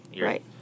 right